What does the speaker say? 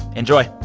enjoy